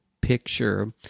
picture